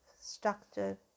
structure